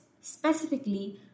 Specifically